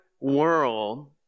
world